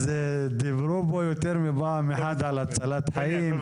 דיברו פה יותר מפעם אחת על הצלת חיים,